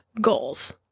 goals